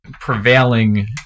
prevailing